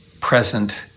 present